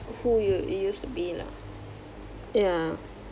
who you used to be lah ya